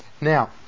Now